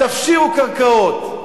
תפשירו קרקעות,